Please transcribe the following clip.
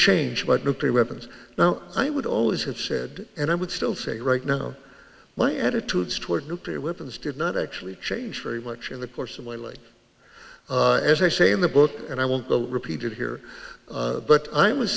change about nuclear weapons now i would always have said and i would still say right now my attitudes toward nuclear weapons did not actually change very much in the course of my life as i say in the book and i won't go repeated here but i was